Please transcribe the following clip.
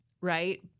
right